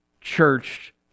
church